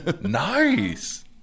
nice